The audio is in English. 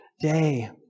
day